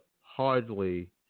hardly